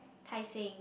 Tai Seng